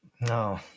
no